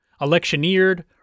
electioneered